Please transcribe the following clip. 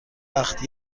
وقت